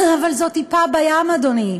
אבל זו טיפה בים, אדוני.